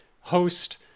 host